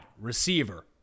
receiver